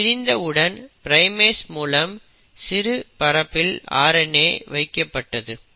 இது பிரிந்த உடன் ப்ரைமேஸ் மூலம் சிறு பரப்பில் RNA வைக்கப்பட்டது